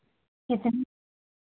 कितने